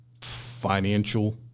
financial